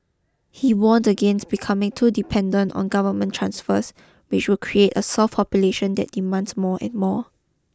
he warned against becoming too dependent on government transfers which would create a soft population that demands more and more